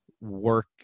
work